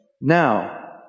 Now